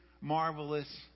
marvelous